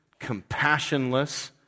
compassionless